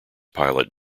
pilot